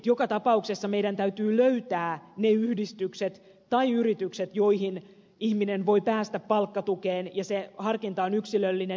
joka tapauksessa meidän täytyy löytää ne yhdistykset tai yritykset joihin ihminen voi päästä palkkatukeen ja se harkinta on yksilöllinen